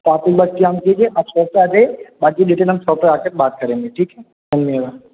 तो आप एक बार काम कीजिए आप शॉप पे आजाइए बाकी डिटेल हम शॉप पर आके बात करेंगे ठीक है धन्यवाद